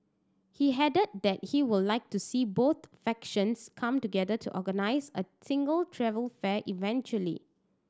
he that he would like to see both factions come together to organise a single travel fair eventually